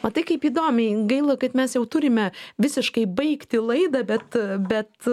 matai kaip įdomiai gaila kad mes jau turime visiškai baigti laidą bet bet